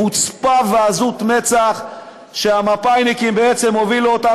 חוצפה ועזות מצח שהמפא"יניקים בעצם הובילו אותה,